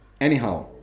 Anyhow